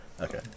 Okay